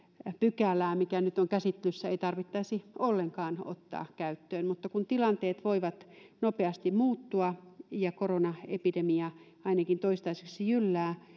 pykälää mikä nyt on käsittelyssä ei tarvitsisi ollenkaan ottaa käyttöön mutta kun tilanteet voivat nopeasti muuttua ja koronaepidemia ainakin toistaiseksi jyllää